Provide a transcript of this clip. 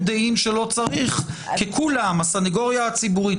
דעים שלא צריך כי כולם הסניגוריה הציבורית,